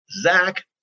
Zach